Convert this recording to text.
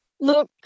Look